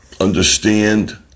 understand